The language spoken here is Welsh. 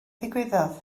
ddigwyddodd